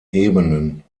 ebenen